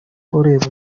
ureba